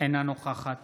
אינה נוכחת